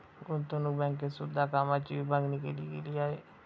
गुतंवणूक बँकेत सुद्धा कामाची विभागणी केली गेली आहे